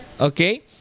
Okay